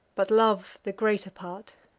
but love the greater part.